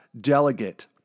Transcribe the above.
delegate